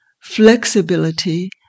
Flexibility